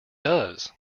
does